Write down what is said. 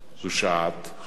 זו שעת חזון.